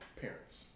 parents